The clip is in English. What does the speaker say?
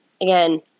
again